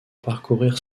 parcourir